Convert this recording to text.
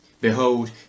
Behold